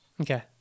Okay